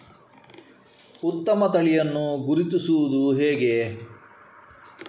ಉತ್ತಮ ತಳಿಯನ್ನು ಗುರುತಿಸುವುದು ಹೇಗೆ?